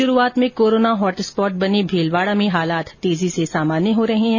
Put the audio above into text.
शुरूआत में corona hotspot बने भीलवाडा में हालात तेजी से सामान्य हो रहे है